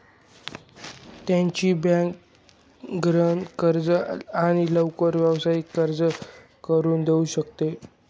त्याची बँक गहाण कर्ज आणि लवकर व्यावसायिक कर्ज करून देऊ शकते